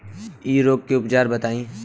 इ रोग के उपचार बताई?